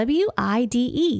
wide